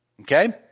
Okay